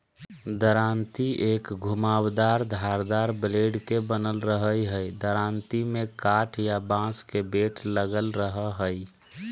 दरांती एक घुमावदार धारदार ब्लेड के बनल रहई हई दरांती में काठ या बांस के बेट लगल रह हई